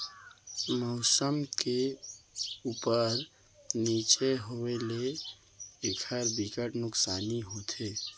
मउसम के उप्पर नीचे होए ले एखर बिकट नुकसानी होथे